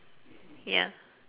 ya